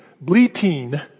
bleating